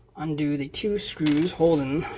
undo the two screws holding